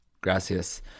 Gracias